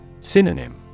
Synonym